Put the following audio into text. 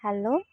hello